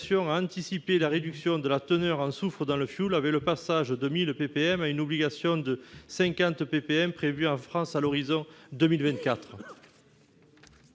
à anticiper la réduction de la teneur en soufre dans le fioul, avec le passage de 1 000 ppm à une obligation de 50 ppm prévue en France à l'horizon 2024.